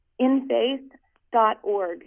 Infaith.org